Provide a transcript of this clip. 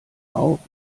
auch